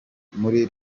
muri